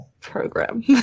program